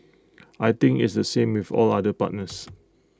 I think it's the same with all other partners